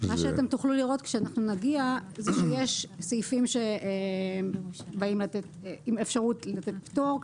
מה שתוכלו לראות כשנגיע זה שיש סעיפים שהם עם אפשרות לתת פטור,